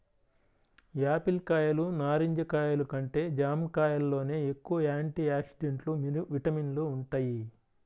Apple కాయలు, నారింజ కాయలు కంటే జాంకాయల్లోనే ఎక్కువ యాంటీ ఆక్సిడెంట్లు, విటమిన్లు వుంటయ్